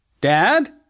Dad